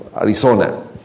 Arizona